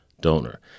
donor